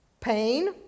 pain